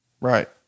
right